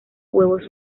huevos